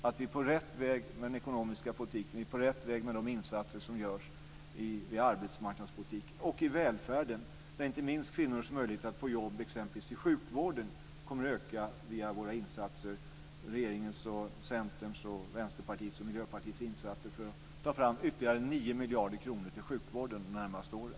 Vi är på rätt väg med den ekonomiska politiken, och vi är på rätt väg med de insatser som görs via arbetsmarknadspolitiken och i välfärden. Inte minst kommer kvinnors möjlighet att få jobb i exempelvis sjukvården att öka genom våra insatser - regeringens, för att ta fram ytterligare 9 miljarder kronor till sjukvården de närmaste åren.